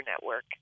Network